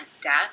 death